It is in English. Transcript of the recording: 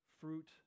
fruit